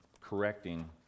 correcting